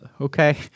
okay